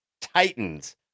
titans